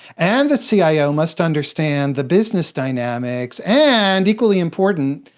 and the cio must understand the business dynamics. and equally important,